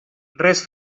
res